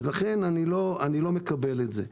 לכן אני לא מקבל את האמירה הזאת.